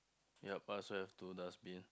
yup I also have two dustbin